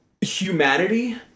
humanity